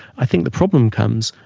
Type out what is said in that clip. i think the problem comes,